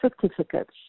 certificates